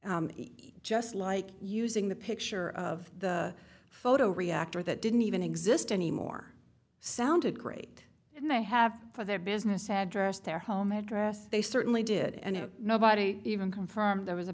just like using the picture of the photo reactor that didn't even exist anymore sounded great and they have for their business address their home address they certainly did and nobody even confirmed there was a